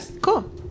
cool